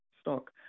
stock